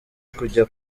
kujya